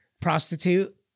prostitute